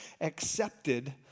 accepted